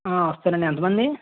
వస్తాను అండి ఎంత మంది